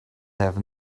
have